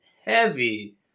heavy